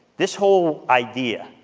this whole idea,